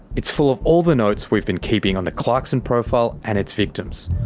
it's full of all the notes we've been keeping on the clarkson profile and its victims.